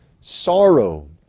sorrow